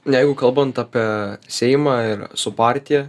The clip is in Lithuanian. jeigu kalbant apie seimą ir su partija